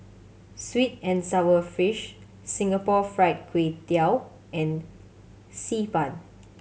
sweet and sour fish Singapore Fried Kway Tiao and Xi Ban